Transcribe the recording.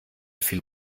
viel